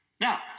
Now